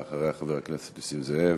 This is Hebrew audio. אחריה, חבר הכנסת נסים זאב,